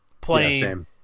playing